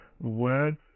words